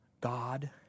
God